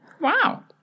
Wow